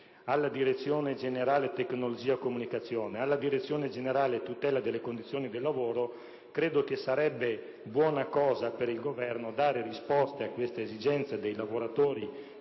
alla Direzione generale tecnologia e comunicazione, alla Direzione generale tutela delle condizioni del lavoro, credo che sarebbe buona cosa per il Governo dare risposta alle esigenze dei lavoratori